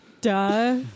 duh